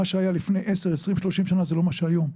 מה שהיה לפני 10, 20, 30 שנה זה לא מה שהיום.